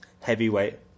heavyweight